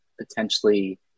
potentially